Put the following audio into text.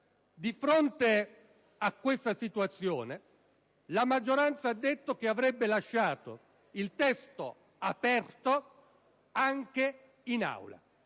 Di fronte a questa situazione, la maggioranza ha affermato che avrebbe lasciato il testo aperto anche in Aula,